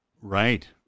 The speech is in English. Right